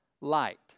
light